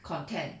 content